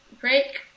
break